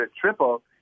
triple